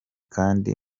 kandi